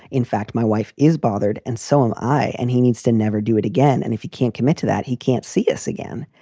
in fact, my wife is bothered and so am i. and he needs to never do it again. and if he can't commit to that, he can't see us again.